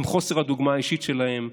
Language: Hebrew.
עם חוסר הדוגמה האישית שלהם,